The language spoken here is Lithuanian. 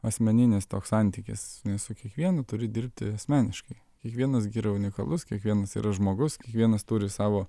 asmeninis toks santykis nes su kiekvienu turi dirbti asmeniškai kiekvienas gi yra unikalus kiekvienas yra žmogus kiekvienas turi savo